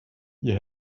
you